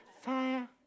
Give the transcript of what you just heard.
Fire